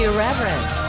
Irreverent